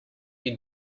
you